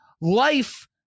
life